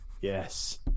yes